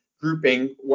grouping